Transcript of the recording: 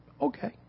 Okay